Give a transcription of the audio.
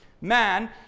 Man